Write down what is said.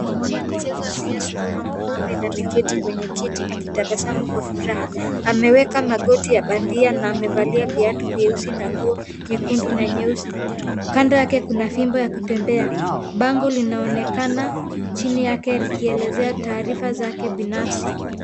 Mwanamichezo Hassia Suluhu Mohammed ameketi kwenye kiti akitabasamu kwa furaha, ameweka magoti ya bandia na amevalia viatu vyeusi na nguo nyekundu na nyeusi, kando yake kuna fimbo ya kutembea, bango linaonekana chini yake, likielezea taarifa zake binafsi.